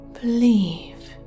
believe